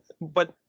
But-